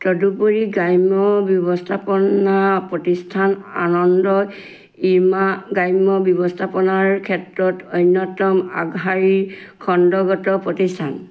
তদুপৰি গ্ৰাম্য ব্যৱস্থাপনা প্ৰতিষ্ঠান আনন্দ ইমা গ্ৰাম্য ব্যৱস্থাপনাৰ ক্ষেত্ৰত অন্যতম আগশাৰীৰ খণ্ডগত প্ৰতিষ্ঠান